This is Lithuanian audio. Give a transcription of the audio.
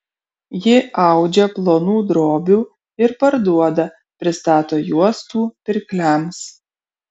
ji audžia plonų drobių ir parduoda pristato juostų pirkliams